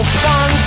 fun